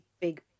big